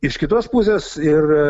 iš kitos pusės ir